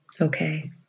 Okay